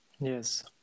Yes